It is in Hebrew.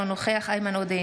אינו נוכח איימן עודה,